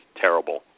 terrible